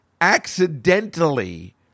accidentally